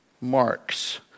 marks